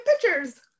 pictures